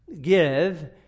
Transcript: give